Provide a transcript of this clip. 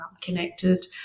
connected